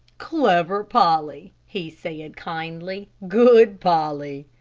clever polly, he said, kindly good polly.